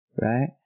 Right